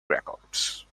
records